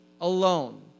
alone